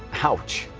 ouch.